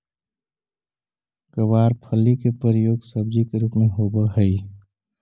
गवारफली के प्रयोग सब्जी के रूप में होवऽ हइ